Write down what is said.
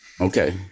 Okay